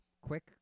quick